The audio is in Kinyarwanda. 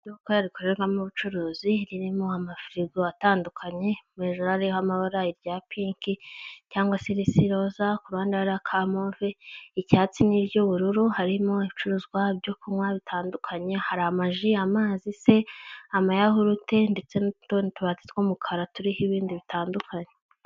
Iduka rikorerwamo ubucuruzi ririmo amafirigo atandukanye, hejuru hariho amabara irya pink cyangwa se irisa iroza, kuruhande hariho aka move, icyatsi n'iry'ubururu, harimo ibicuruzwa byo kunywa bitandukanye hari; amaji, amazi se, amayahurute, ndetse n'utundi tubati tw'umukara turiho ibindi bitandukanye.